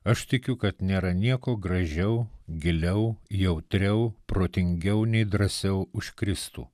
aš tikiu kad nėra nieko gražiau giliau jautriau protingiau nei drąsiau už kristų